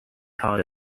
harder